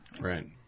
Right